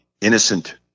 innocent